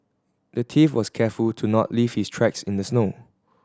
the thief was careful to not leave his tracks in the snow